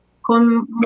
con